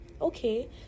Okay